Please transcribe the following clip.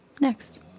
Next